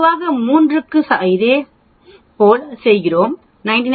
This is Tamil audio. பொதுவாக 3 க்கு இதேபோல் செய்கிறோம் 99